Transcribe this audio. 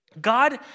God